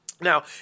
Now